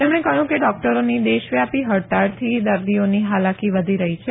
તેમણે કહ્યું કે ડોક્ટરોની દેશવ્યાપી હડતાળથી દર્દીઓની હાલાકી વધી રહી છે